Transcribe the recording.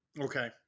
Okay